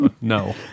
no